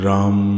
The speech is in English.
Ram